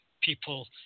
people